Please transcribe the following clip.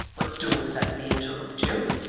but don't let me interrupt you